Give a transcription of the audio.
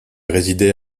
résidait